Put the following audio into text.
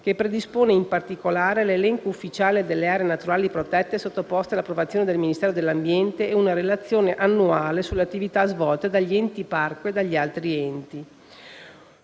che predispone, in particolare, l'elenco ufficiale delle aree naturali protette sottoposte all'approvazione del Ministro dell'ambiente e una relazione annuale sulle attività svolte dagli Enti parco e dagli altri enti.